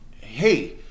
Hey